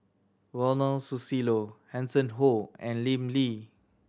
Ronald Susilo Hanson Ho and Lim Lee